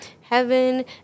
Heaven